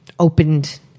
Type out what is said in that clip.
opened